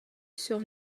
sur